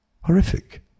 Horrific